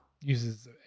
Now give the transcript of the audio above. uses